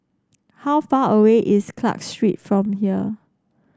how far away is Clarke Street from here